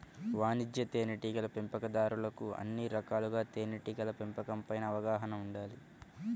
వాణిజ్య తేనెటీగల పెంపకందారులకు అన్ని రకాలుగా తేనెటీగల పెంపకం పైన అవగాహన ఉండాలి